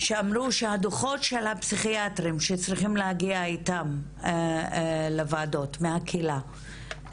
שאמרו שהדוחות של הפסיכיאטרים שצריכים להגיע איתם לוועדות מהקהילה,